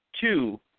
two